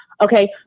Okay